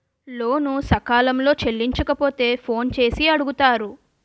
లోను సకాలంలో చెల్లించకపోతే ఫోన్ చేసి అడుగుతారు